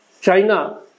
China